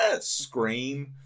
Scream